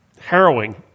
harrowing